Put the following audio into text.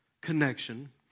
connection